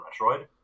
Metroid